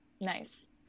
nice